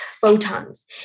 photons